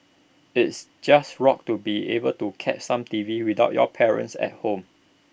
is just rocked to be able to catch some T V without your parents at home